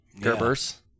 gerber's